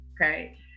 okay